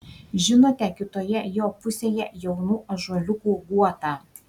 žinote kitoje jo pusėje jaunų ąžuoliukų guotą